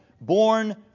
born